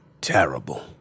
terrible